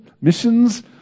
missions